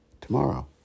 tomorrow